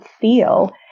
feel